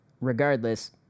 Regardless